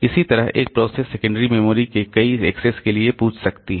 इसी तरह एक प्रोसेस सेकेंडरी मेमोरी के कई एक्सेस के लिए पूछ सकती है